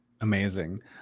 Amazing